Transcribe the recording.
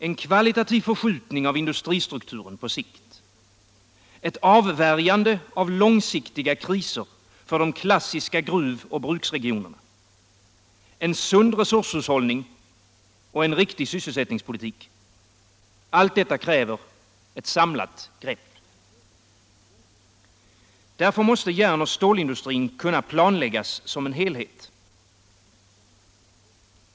En kvalitativ förskjutning av industristrukturen på sikt, ett avvärjande av långsiktiga kriser för de klassiska gruvoch bruksregionerna, en sund resurshushållning och en riktig sysselsättningspolitik — allt detta kräver ett samlat grepp. Därför måste järnoch stålindustrin kunna planläggas som en helhet.